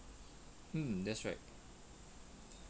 mm that's right